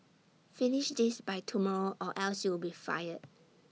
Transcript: finish this by tomorrow or else you'll be fired